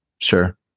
Sure